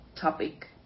topic